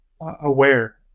aware